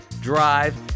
drive